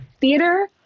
theater